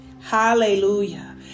hallelujah